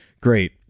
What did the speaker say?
great